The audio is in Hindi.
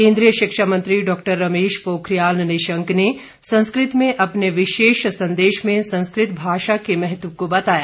केन्द्रीय शिक्षा मंत्री डॉ रमेश पोखरियाल निशंक ने संस्कृत में अपने विशेष संदेश में संस्कृत भाषा के महत्व को बताया